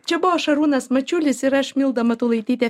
čia buvo šarūnas mačiulis ir aš milda matulaitytė